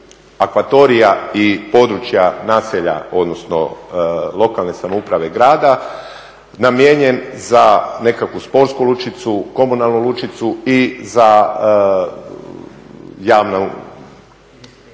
akvatorija i područja naselja, odnosno lokalne samouprave grada namijenjen za nekakvu sportsku lučicu, komunalnu lučicu i za, kao